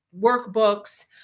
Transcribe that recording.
workbooks